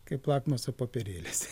kaip lakmuso popierėlis